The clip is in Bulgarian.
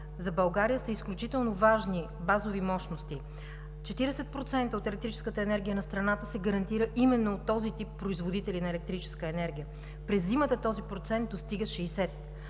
за България са изключително важни базови мощности. Четиридесет процента от електрическата енергия на страната се гарантира именно от този тип производители на електрическа енергия. През зимата този процент достига 60.